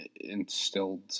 instilled